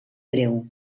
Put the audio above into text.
greu